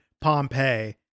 Pompeii